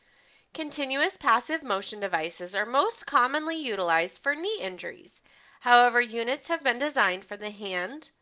continuous passive motion devices are most commonly utilized for knee injuries however, units have been designed for the hand,